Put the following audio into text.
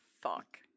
Fuck